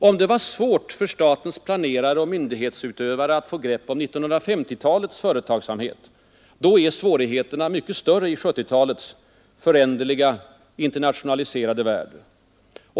Om det var svårt för statens planerare och myndighetsutövare att få ett grepp om 1950-talets företagsamhet, är svårigheterna mycket större i 1970-talets föränderliga, internationaliserade värld.